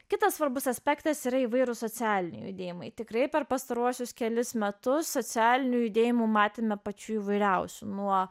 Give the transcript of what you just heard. kitas svarbus aspektas yra įvairūs socialiniai judėjimai tikrai per pastaruosius kelis metus socialinių judėjimų matėme pačių įvairiausių nuo